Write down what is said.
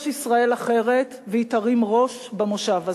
יש ישראל אחרת והיא תרים ראש במושב הזה.